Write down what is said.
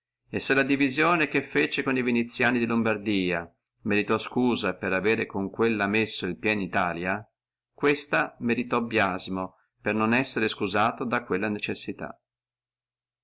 se la divisione fece co viniziani di lombardia meritò scusa per avere con quella messo el piè in italia questa merita biasimo per non essere escusata da quella necessità